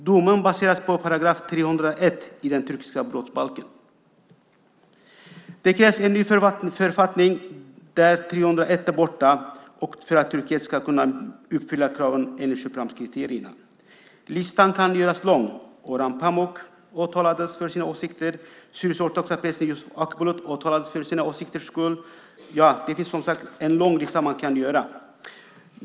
Domen baseras på 301 § i den turkiska brottsbalken. Det krävs en ny författning där 301 § är borta för att Turkiet ska kunna uppfylla kraven enligt Köpenhamnskriterierna. Listan kan göras lång. Orhan Pamuk åtalades för sina åsikter. Den syrisk-ortodoxa prästen Yusuf Akbulut åtalades för sina åsikters skull. Man kan, som sagt, göra en lång lista.